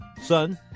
son